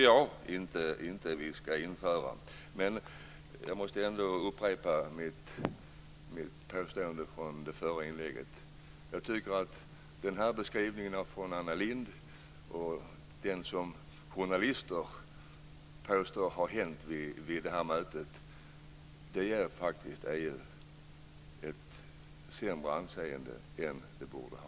Jag måste ändå upprepa mitt påstående från det förra inlägget. Jag tycker att beskrivningen från Anna Lindh och det som journalister påstår har hänt vid detta möte faktiskt ger EU ett sämre anseende än EU borde ha.